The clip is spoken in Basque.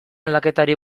aldaketari